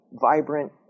vibrant